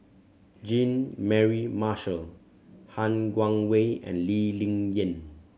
Jean Mary Marshall Han Guangwei and Lee Ling Yen